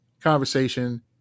conversation